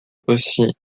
aussi